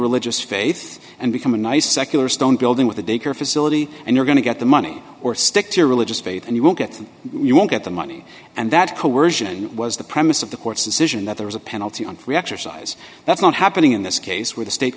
religious faith and become a nice secular stone building with a daycare facility and you're going to get the money or stick to your religious faith and you won't get that you won't get the money and that coersion was the premise of the court's decision that there was a penalty on free exercise that's not happening in this case where the state